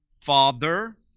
Father